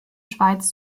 schweiz